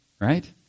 right